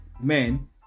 men